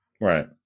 Right